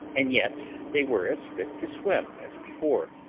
and yet they were as fit to swim as before.